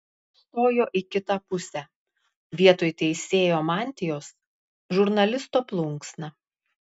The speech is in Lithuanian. stojo į kitą pusę vietoj teisėjo mantijos žurnalisto plunksna